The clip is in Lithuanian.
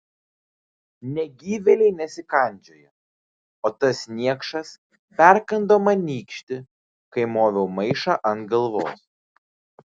negyvėliai nesikandžioja o tas niekšas perkando man nykštį kai moviau maišą ant galvos